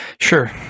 Sure